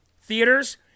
theaters